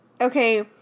Okay